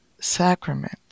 sacrament